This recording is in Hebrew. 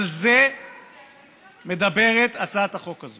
וראינו כבר בפעם הקודמת: היו פה ח"כים